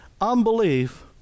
Unbelief